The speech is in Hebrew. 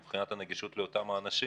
מבחינת הנגישות אל אותם אנשים.